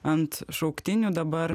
ant šauktinių dabar